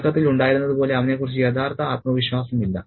തുടക്കത്തിൽ ഉണ്ടായിരുന്നതുപോലെ അവനെക്കുറിച്ച് യഥാർത്ഥ ആത്മവിശ്വാസമില്ല